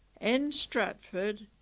n stratford,